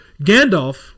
Gandalf